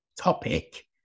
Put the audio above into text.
topic